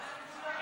ההצעה